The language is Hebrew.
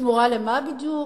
בתמורה למה בדיוק?